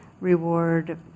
reward